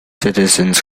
citizens